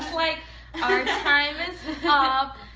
like our and time is up.